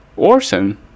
Orson